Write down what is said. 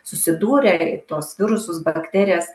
susidūrė tuos virusus bakterijas